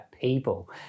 people